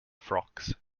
frocks